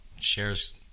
shares